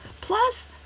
plus